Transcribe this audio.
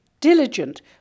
diligent